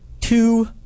two